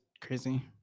crazy